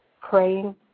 praying